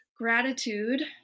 gratitude